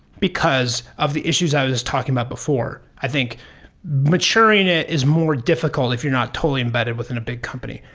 because of the issues i was talking about before. i think maturing it is more difficult if you're not totally embedded within a big company.